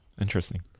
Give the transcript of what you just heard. Interesting